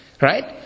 Right